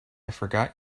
forgot